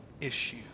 issue